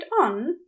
on